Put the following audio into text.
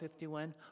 51